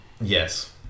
Yes